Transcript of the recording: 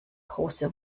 große